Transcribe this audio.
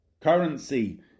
currency